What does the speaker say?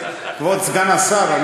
כבוד סגן השר,